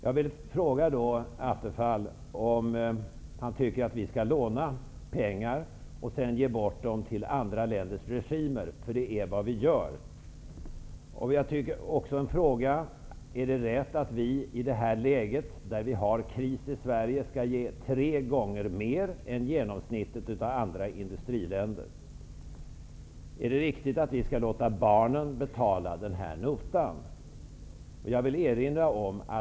Jag vill fråga om Stefan Attefall anser att vi skall låna pengar och sedan ge bort dem till andra länders regimer, för det är just det som vi gör. Är det rätt att vi i det här läget, när det är kris i Sverige, skall ge tre gånger så mycket som vad andra industriländer i genomsnitt ger? Är det riktigt att vi skall låta barnen betala den här notan?